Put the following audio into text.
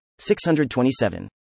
627